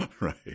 Right